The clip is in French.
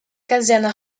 caserne